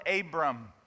Abram